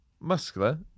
muscular